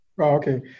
Okay